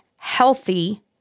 healthy